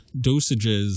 dosages